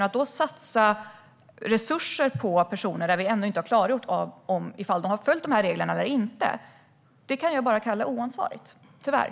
Att satsa resurser på personer där det ännu inte är klargjort om de har följt reglerna eller inte kan jag bara kalla oansvarigt, tyvärr.